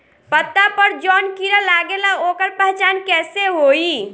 पत्ता पर जौन कीड़ा लागेला ओकर पहचान कैसे होई?